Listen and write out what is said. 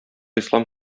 ислам